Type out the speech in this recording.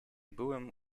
byłem